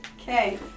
Okay